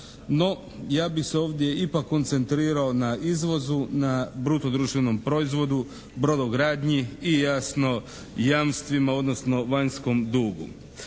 no ja bi se ovdje ipak koncentrirao na izvozu, na bruto društvenom proizvodu, brodogradnji i jasno jamstvima odnosno vanjskom dugu.